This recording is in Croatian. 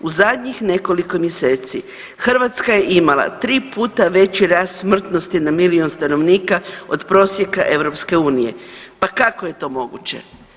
U zadnjih nekoliko mjeseci Hrvatska je imala tri puta veći rast smrtnosti na milijun stanovnika od prosjeka EU, pa kako je to moguće?